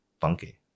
funky